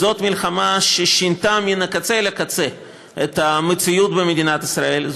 זאת מלחמה ששינתה מהקצה לקצה את המציאות במדינת ישראל,